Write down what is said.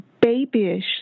babyish